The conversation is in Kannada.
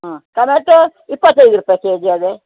ಹಾಂ ಟೊಮೇಟೋ ಇಪ್ಪತ್ತೈದು ರೂಪಾಯಿ ಕೆಜಿ ಇದೆ